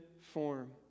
form